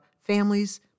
families